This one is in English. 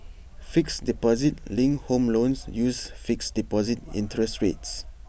fixed deposit linked home loans uses fixed deposit interest rates